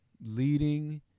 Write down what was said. leading